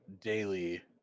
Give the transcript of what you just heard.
daily